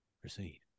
proceed